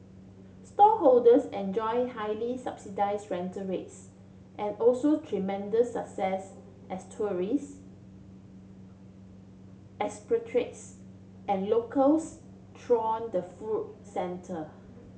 stallholders enjoy highly subsidise rental rates and also tremendous success as tourists expatriates and locals throng the food centre